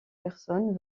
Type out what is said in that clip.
personnes